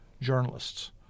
journalists